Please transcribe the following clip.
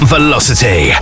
Velocity